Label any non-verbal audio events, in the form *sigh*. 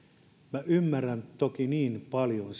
minä ymmärrän toki niin paljon *unintelligible*